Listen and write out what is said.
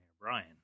brian